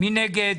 מי נגד,